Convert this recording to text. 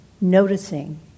noticing